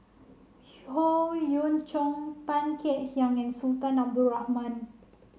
Howe Yoon Chong Tan Kek Hiang and Sultan Abdul Rahman